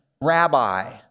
rabbi